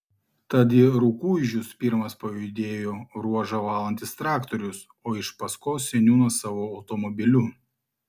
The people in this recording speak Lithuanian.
tad į rukuižius pirmas pajudėjo ruožą valantis traktorius o iš paskos seniūnas savo automobiliu